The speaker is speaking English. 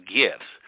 gifts